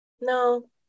no